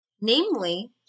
namely